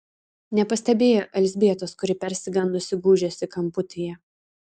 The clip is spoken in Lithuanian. nepastebėjo elzbietos kuri persigandusi gūžėsi kamputyje